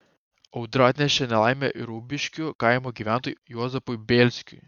audra atnešė nelaimę ir ubiškių kaimo gyventojui juozapui bėlskiui